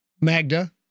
Magda